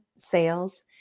sales